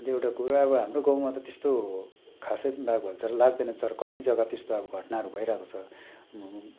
अन्त एउटा कुरा अब हाम्रो गाउँमा त त्यस्तो खासै बाघ भालु त लाग्दैन तर कति जग्गा त्यस्तो अब घटनाहरू भइरहेको छ